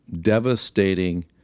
devastating